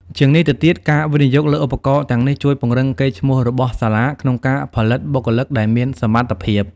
ជាងនេះទៅទៀត ការវិនិយោគលើឧបករណ៍ទាំងនេះជួយពង្រឹងកេរ្តិ៍ឈ្មោះរបស់សាលាក្នុងការផលិតបុគ្គលិកដែលមានសមត្ថភាព។